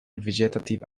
vegetative